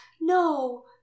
no